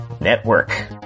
network